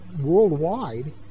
worldwide